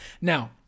Now